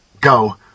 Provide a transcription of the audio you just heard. go